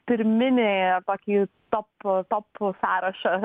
pirminį tokį top top sąrašą